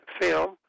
film